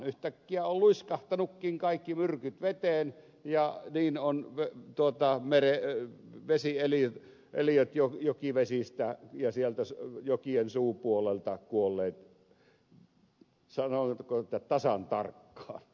yhtäkkiä ovat luiskahtaneetkin kaikki myrkyt veteen ja ydin on työ tuottaa melkein niin ovat vesieliöt jokivesistä ja sieltä jokien suupuolelta kuolleet sanotaanko tasan tarkkaan